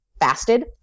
fasted